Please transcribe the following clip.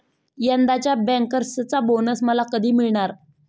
यंदाच्या बँकर्सचा बोनस मला कधी मिळणार?